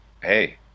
hey